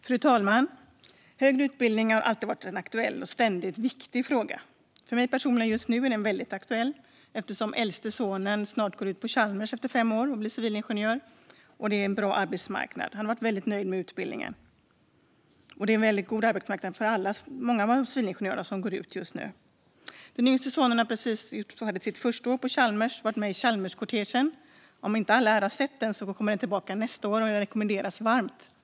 Fru talman! Högre utbildning har alltid varit en aktuell och viktig fråga. För mig personligen är den väldigt aktuell just nu eftersom äldste sonen snart går ut Chalmers efter fem år. Han blir civilingenjör, och han har varit väldigt nöjd med utbildningen. Arbetsmarknaden är också väldigt god för många av de civilingenjörer som går ut just nu. Den yngste sonen har precis gått sitt första år på Chalmers och deltagit i Cortègen. Om inte alla här har sett den kan ni göra det nästa år, och jag rekommenderar den varmt.